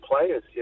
players